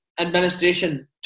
administration